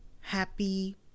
happy